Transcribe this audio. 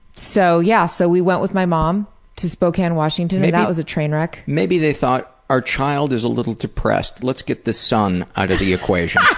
so, yeah, so we went with my mom to spokane, washington, and that was a train wreck. maybe they thought our child is a little depressed, let's get the sun out of the equation.